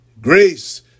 Grace